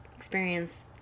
Experience